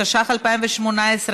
התשע"ח 2018,